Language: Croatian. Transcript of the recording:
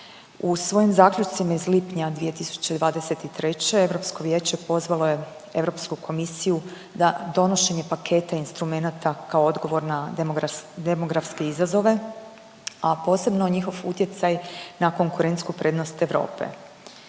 u svojim zaključcima iz lipnja 2023. Europsko vijeće pozvalo je Europsku komisiju da donošenje paketa instrumenata kao odgovorna demografske izazove, a posebno njihov utjecaj na konkurentsku prednost Europe.